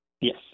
Yes